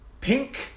pink